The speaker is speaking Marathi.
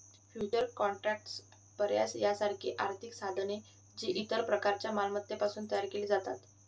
फ्युचर्स कॉन्ट्रॅक्ट्स, पर्याय यासारखी आर्थिक साधने, जी इतर प्रकारच्या मालमत्तांपासून तयार केली जातात